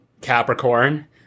Capricorn